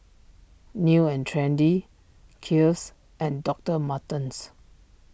New and Trendy Kiehl's and Doctor Martens